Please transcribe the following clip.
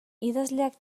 idazleak